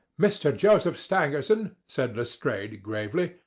mr. joseph stangerson, said lestrade gravely,